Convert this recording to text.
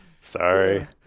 sorry